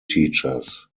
teachers